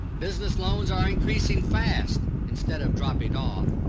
business loans are increasing fast, instead of dropping off.